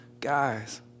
guys